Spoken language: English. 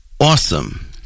awesome